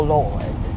lord